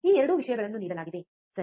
ಈ 2 ವಿಷಯಗಳನ್ನು ನೀಡಲಾಗಿದೆ ಸರಿ